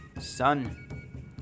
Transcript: Son